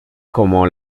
como